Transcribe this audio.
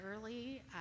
early